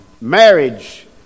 marriage